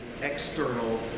external